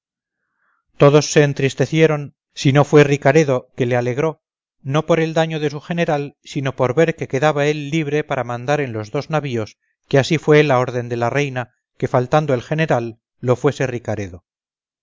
todos se entristecieron sino fue ricaredo que le alegró no por el daño de su general sino por ver que quedaba él libre para mandar en los dos navíos que así fue la orden de la reina que faltando el general lo fuese ricaredo